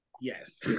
yes